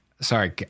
Sorry